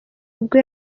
ubwo